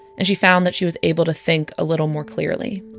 and she found that she was able to think a little more clearly.